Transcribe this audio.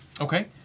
Okay